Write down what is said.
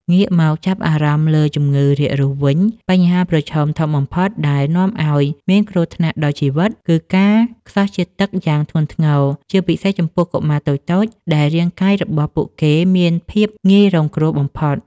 ងាកមកចាប់អារម្មណ៍លើជំងឺរាករូសវិញ បញ្ហាប្រឈមធំបំផុតដែលនាំឱ្យមានគ្រោះថ្នាក់ដល់ជីវិត គឺការខ្សោះជាតិទឹកយ៉ាងធ្ងន់ធ្ងរ ជាពិសេសចំពោះកុមារតូចៗដែលរាងកាយរបស់ពួកគេមានភាពងាយរងគ្រោះបំផុត។